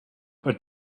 but